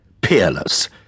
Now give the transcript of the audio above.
peerless